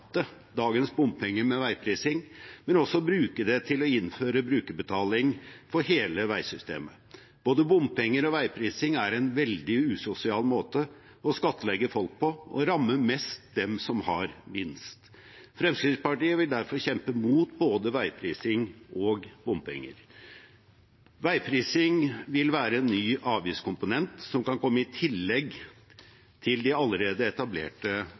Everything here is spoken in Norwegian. dagens bompenger med veiprising, men også bruke det til å innføre brukerbetaling for hele veisystemet. Både bompenger og veiprising er en veldig usosial måte å skattlegge folk på, og rammer mest dem som har minst. Fremskrittspartiet vil derfor kjempe mot både veiprising og bompenger. Veiprising vil være en ny avgiftskomponent som kan komme i tillegg til de allerede etablerte